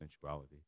sensuality